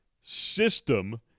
system